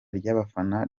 ry’abafana